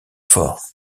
fort